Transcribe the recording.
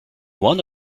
one